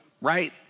right